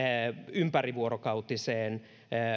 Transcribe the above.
ympärivuorokautiseen